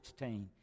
16